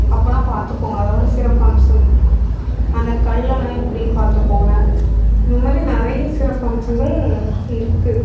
அப்படின்னா பார்த்துக்கோங்க அதோடய சிறப்பம்சம் அந்த கல்லெல்லாம் எப்படின்னு பார்த்துக்கோங்க இந்த மாதிரி நிறைய சிறப்பம்சங்கள் இருக்குது